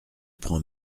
prends